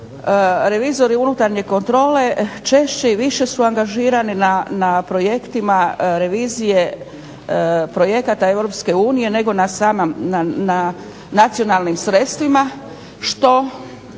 revizori unutarnje kontrole češće i više su angažirani na projektima revizije projekata Europske unije nego na nacionalnim sredstvima što